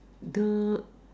the